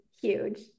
huge